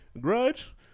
Grudge